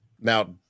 Now